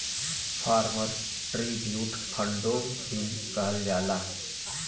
farmer tribute फ़ंडो भी कहल जाला